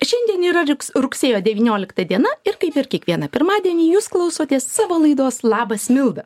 šiandien yra rugs rugsėjo devyniolikta diena ir kaip ir kiekvieną pirmadienį jūs klausotės savo laidos labas milda